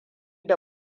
da